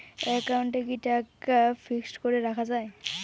একাউন্টে কি টাকা ফিক্সড করে রাখা যায়?